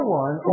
one